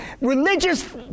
religious